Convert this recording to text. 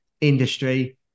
industry